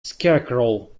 scarecrow